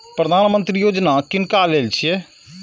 प्रधानमंत्री यौजना किनका लेल छिए?